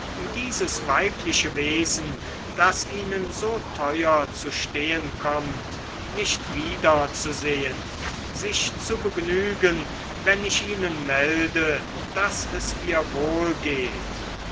dieses weibliche wesen das ihnen so teuer zu stehen kommt nicht wiederzusehen sich zu begnügen wenn ich ihnen melde daß es ihr wohlgeht